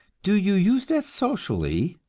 do you use that socially,